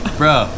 bro